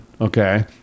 okay